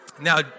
Now